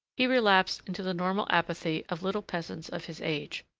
he relapsed into the normal apathy of little peasants of his age,